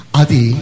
adi